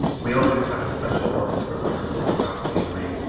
we always have a special orchestra rehearsal without scenery,